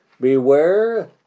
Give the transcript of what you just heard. Beware